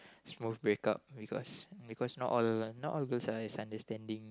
smooth break up because because not all not all girls are as understanding